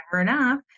enough